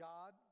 God